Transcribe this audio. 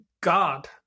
God